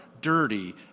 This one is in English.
dirty